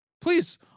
Please